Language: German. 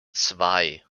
zwei